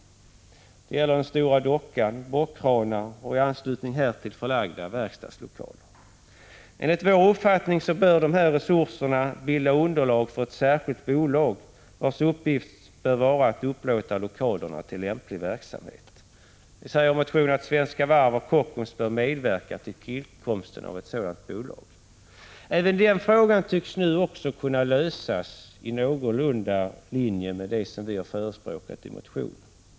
Det gäller bl.a. den stora dockan, bockkranar och i anslutning härtill förlagda verkstadslokaler. Enligt vår uppfattning bör dessa resurser bilda underlag för ett särskilt bolag, vars uppgift bör vara att upplåta lokalerna till lämplig verksamhet. Svenska Varv och Kockums bör medverka till tillkomsten av ett sådant bolag. Även den frågan tycks nu kunna lösas i någorlunda linje med vad vi har förespråkat i motionen.